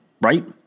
right